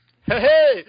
Hey